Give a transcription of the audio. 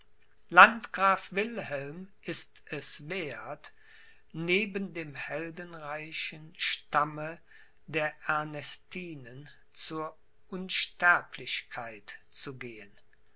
landgraf wilhelm ist es werth neben dem heldenreichen stamme der ernestinen zur unsterblichkeit zu gehen